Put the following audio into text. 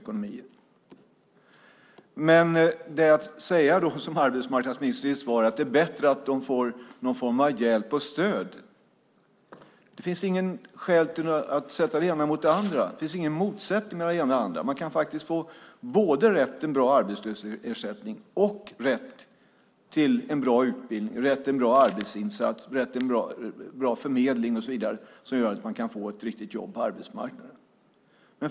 Det finns inget skäl, som arbetsmarknadsministern gör i sitt svar, att sätta det ena mot det andra och säga att det är bättre att de får någon form av hjälp och stöd. Det finns ingen motsättning mellan det ena och det andra. Man kan faktiskt få både rätt till en bra arbetslöshetsersättning och rätt till en bra utbildning, rätt till en bra arbetsinsats, rätt till en bra förmedling och så vidare som gör att man kan få ett riktigt jobb på arbetsmarknaden.